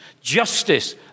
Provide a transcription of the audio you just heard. Justice